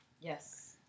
Yes